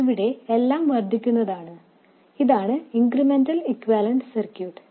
ഇവിടെ എല്ലാം വർദ്ധിക്കുന്നതാണ് ഇതാണ് ഇൻക്രിമെന്റൽ ഇക്യുവാലെന്റ് സർക്യൂട്ട്